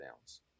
downs